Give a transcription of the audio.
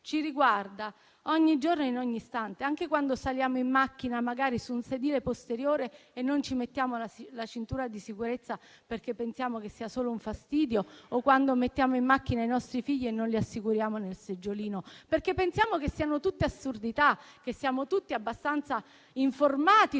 ci riguarda ogni giorno, in ogni istante, anche quando saliamo in macchina, magari su un sedile posteriore e non ci mettiamo la cintura di sicurezza, perché pensiamo che sia solo un fastidio, o quando mettiamo in macchina i nostri figli e non li assicuriamo nel seggiolino. Magari pensiamo che siano tutte assurdità, anche se siamo tutti abbastanza informati